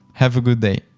have a good day.